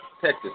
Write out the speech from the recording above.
Texas